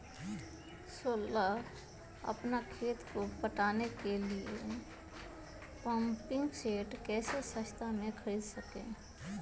सोलह अपना खेत को पटाने के लिए पम्पिंग सेट कैसे सस्ता मे खरीद सके?